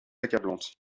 accablante